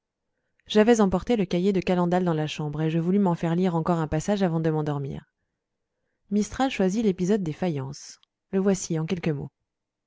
j'avais emporté le cahier de calendal dans la chambre et je voulus m'en faire lire encore un passage avant de m'endormir mistral choisit l'épisode des faïences le voici en quelques mots